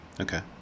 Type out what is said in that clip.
Okay